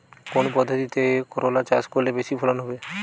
কোন পদ্ধতিতে করলা চাষ করলে বেশি ফলন হবে?